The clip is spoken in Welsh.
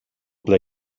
ble